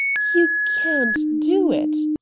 you can't do it!